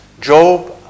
Job